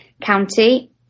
County